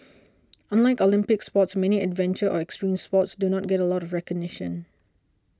unlike Olympic sports many adventure or extreme sports do not get a lot of recognition